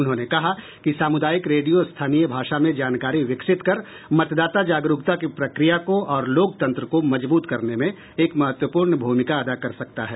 उन्होंने कहा कि सामुदायिक रेडियो स्थानीय भाषा में जानकारी विकसित कर मतदाता जागरूकता की प्रक्रिया को और लोकतंत्र को मजबूत करने में एक महत्वपूर्ण भूमिका अदा कर सकता है